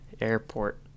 airport